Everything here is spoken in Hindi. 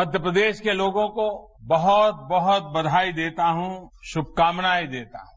मध्य प्रदेश के लोगों को बहुत बहुत बधाई देता हूं शुभकामनाएं देता हूं